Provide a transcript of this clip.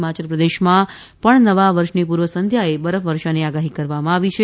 હિમાચલ પ્રદેશમાં પણ નવા વર્ષની પૂર્વ સંધ્યાએ બરફવર્ષાની આગાહી કરવામાં આવી છે